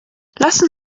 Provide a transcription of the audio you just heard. lassen